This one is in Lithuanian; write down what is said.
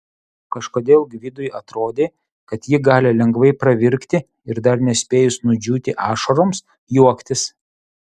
kažkodėl gvidui atrodė kad ji gali lengvai pravirkti ir dar nespėjus nudžiūti ašaroms juoktis